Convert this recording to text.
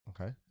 Okay